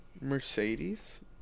Mercedes